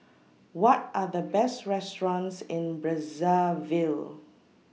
What Are The Best restaurants in Brazzaville